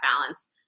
balance